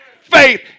faith